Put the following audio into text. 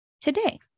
today